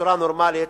בצורה נורמלית,